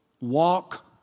walk